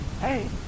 hey